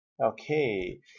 Okay